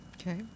Okay